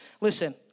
Listen